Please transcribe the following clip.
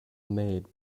made